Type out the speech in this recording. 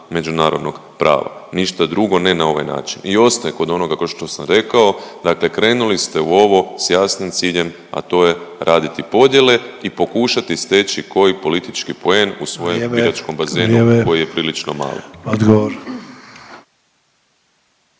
međunarodnog prava. Ništa drugo ne na ovaj način. I ostaje kod onoga kao što sam rekao, dakle krenuli ste u ovo sa jasnim ciljem, a to je raditi podjele i pokušati steći koji politički poen u svojem … …/Upadica Sanader: Vrijeme./…